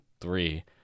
three